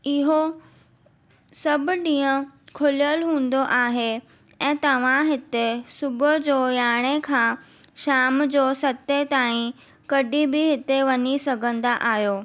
इहो सभु ॾींहं खुलियलु हूंदो आहे ऐं तव्हां हिते सुबुह जो यारहें खां शाम जो सते ताईं कॾहिं बि हिते वञी सघंदा आहियो